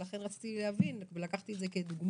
ולכן רציתי להבין ולקחנו את זה כדוגמה.